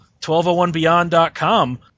1201beyond.com